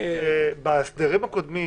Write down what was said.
בהסדרים הקודמים,